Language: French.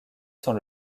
sans